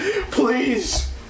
Please